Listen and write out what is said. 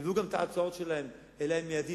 יביאו גם את ההצעות שלהם אלי מייד,